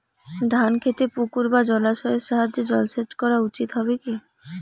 ধান খেতে পুকুর বা জলাশয়ের সাহায্যে জলসেচ করা উচিৎ হবে কি?